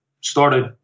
started